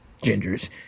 Gingers